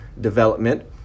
development